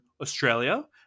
Australia